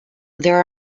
there